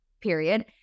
period